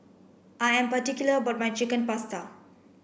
I am particular about my Chicken Pasta